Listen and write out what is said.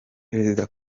perezida